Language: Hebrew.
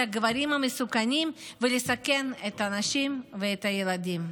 הגברים המסוכנים ולסכן את הנשים ואת הילדים,